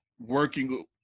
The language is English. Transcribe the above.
working